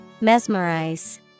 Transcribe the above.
Mesmerize